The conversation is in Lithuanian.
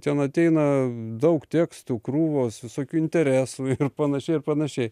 ten ateina daug tekstų krūvos visokių interesų ir panašiai ir panašiai